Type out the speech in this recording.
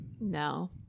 No